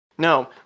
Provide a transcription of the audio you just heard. No